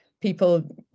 people